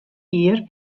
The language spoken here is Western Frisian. jier